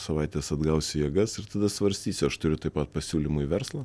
savaitės atgausiu jėgas ir tada svarstysiu aš turiu taip pat pasiūlymų į verslą